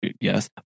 yes